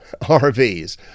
RVs